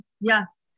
Yes